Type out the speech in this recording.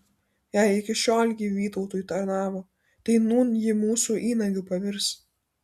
jei iki šiol ji vytautui tarnavo tai nūn ji mūsų įnagiu pavirs